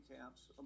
camps